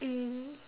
mm